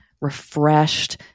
refreshed